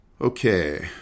Okay